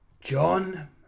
John